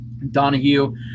donahue